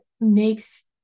makes